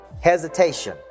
hesitation